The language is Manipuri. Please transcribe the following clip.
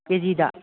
ꯀꯦ ꯖꯤꯗ